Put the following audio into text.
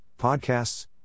podcasts